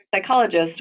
psychologist